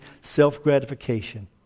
self-gratification